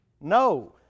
No